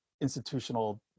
institutional